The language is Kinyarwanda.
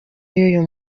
y’uyu